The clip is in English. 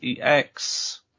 EX